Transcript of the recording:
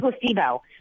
placebo